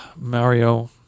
Mario